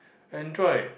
Andriod